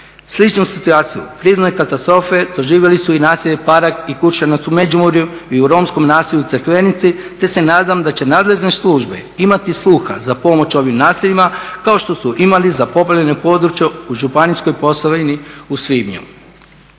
Sličnu situaciju, prirodne katastrofe doživjeli su i naselje Parag i Kuršanec u Međimurju i u romskom naselju Crkvenici te se nadam da će nadležne službe imati sluha za pomoć ovim naseljima kao što su imali za poplavljeno područje u Županijskoj Posavini u svibnju.